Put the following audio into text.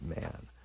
Man